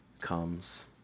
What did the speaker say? comes